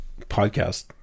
podcast